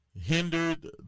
hindered